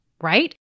right